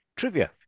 trivia